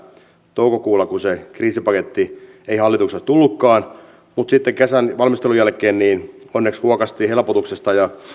toukokuulla kun se kriisipaketti ei hallitukselta tullutkaan mutta sitten kesän valmistelun jälkeen onneksi huokaistiin helpotuksesta ja